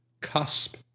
cusp